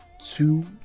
two